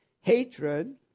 hatred